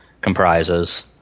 comprises